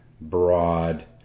broad